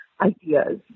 ideas